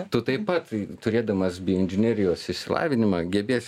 tu taip pat turėdamas bioinžinerijos išsilavinimą gebėsi